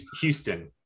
houston